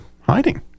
hiding